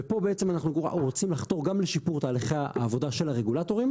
ופה בעצם אנחנו רוצים לחתור גם לשיפור תהליכי העבודה של הרגולטורים.